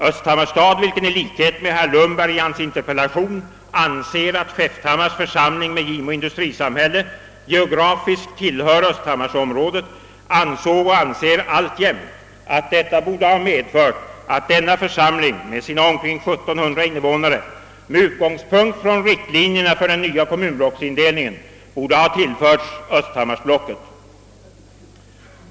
Östhammars stad, vilken i likhet med herr Lundberg i hans interpellation anser att Skäfthammars församling med Gimo industrisamhälle geografiskt tillhör östhammarsområdet, ansåg och anser alltjämt att detta borde ha medfört att denna församling med sina omkring 1700 invånare med utgångspunkt från riktlinjerna för den nya kommunblocksindelningen borde ha tillförts östhammarsblocket.